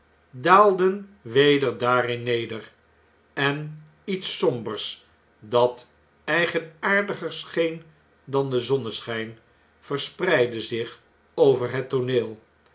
daalden weder daarinneder en iets sombers dat eigenaardiger scheen dan de zonneschijn verspreidde zich over het tooneel